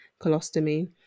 colostomy